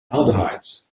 aldehydes